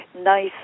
nice